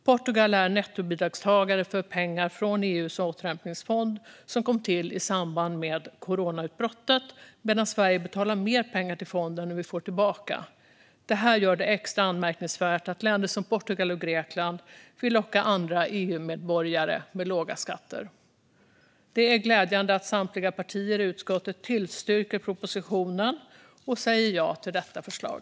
Portugal är nettobidragstagare för pengar från EU:s återhämtningsfond, som kom till i samband med coronautbrottet, medan Sverige betalar mer pengar till fonden än vi får tillbaka. Detta gör det extra anmärkningsvärt att länder som Portugal och Grekland vill locka andra EU-medborgare med låga skatter. Det är glädjande att samtliga partier i utskottet tillstyrker propositionen och säger ja till detta förslag.